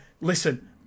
Listen